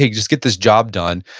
just get this job done.